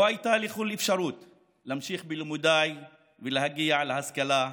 לא הייתה לי כל אפשרות להמשיך בלימודיי ולהגיע להשכלה גבוהה.